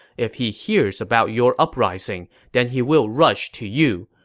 if he hears about your uprising, then he will rush to you.